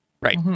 right